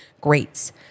greats